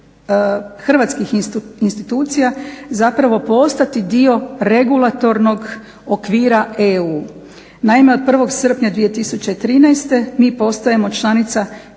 hrvatskih institucija zapravo postati dio regulatornog okvira EU. Naime, od 1. srpnja 2013. mi postajemo članica europske